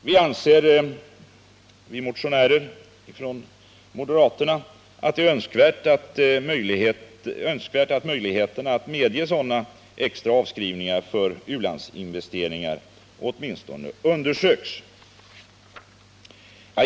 Vi motionärer från moderaterna anser att det är önskvärt att möjligheterna att medge sådana extra avskrivningar för u-landsinvesteringar åtminstone undersöks.